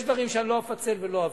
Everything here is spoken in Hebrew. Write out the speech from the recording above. יש דברים שאני לא אפצל ולא אביא.